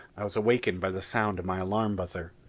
i was awakened by the sound of my alarm buzzer.